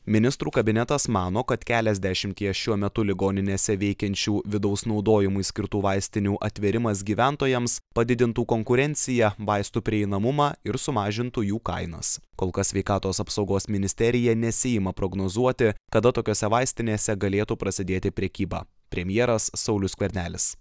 ministrų kabinetas mano kad keliasdešimtyje šiuo metu ligoninėse veikiančių vidaus naudojimui skirtų vaistinių atvėrimas gyventojams padidintų konkurenciją vaistų prieinamumą ir sumažintų jų kainas kol kas sveikatos apsaugos ministerija nesiima prognozuoti kada tokiose vaistinėse galėtų prasidėti prekyba premjeras saulius skvernelis